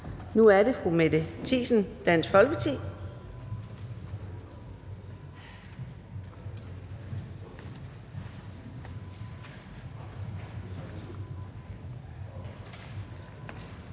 Nu er det fru Mette Thiesen, Dansk Folkeparti.